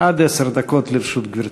עד עשר דקות לרשות גברתי.